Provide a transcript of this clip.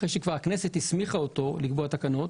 אחרי שכבר הכנסת הסמיכה אותו לקבוע תקנות,